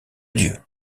dieu